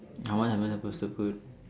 how much I'm supposed to put